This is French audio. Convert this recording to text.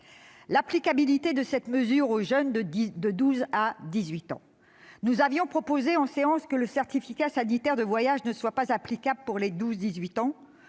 l'applicabilité de cette mesure aux jeunes de 12 à 18 ans. Nous avions proposé, en séance publique, que le certificat sanitaire de voyage ne soit pas applicable pour les 12-18 ans,